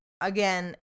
Again